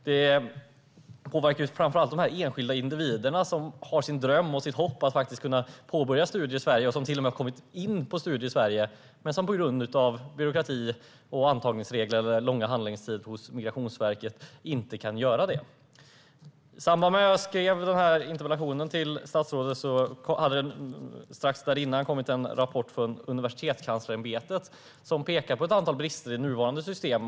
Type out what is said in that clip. Det påverkar framför allt de enskilda individerna som har sin dröm och sitt hopp om att kunna påbörja studier i Sverige, och som till och med har kommit in på utbildningar i Sverige, men som på grund av byråkrati, antagningsregler eller långa handläggningstider hos Migrationsverket inte kan göra det. Strax innan jag skrev min interpellation till statsrådet kom det en rapport från Universitetskanslersämbetet, som pekar på ett antal brister i nuvarande system.